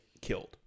killed